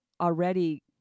already